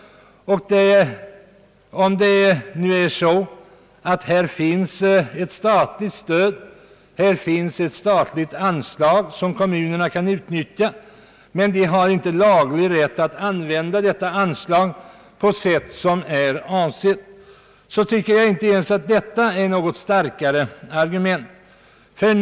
Om det nu finns ett statligt stöd i form av anslag som kommunerna kan utnyttja, och de inte har laglig rätt att använda detta anslag på sätt som är avsett, så tycker jag inte ens att detta är något starkare argument för förslaget.